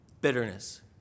bitterness